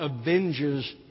avenges